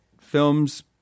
films